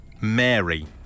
Mary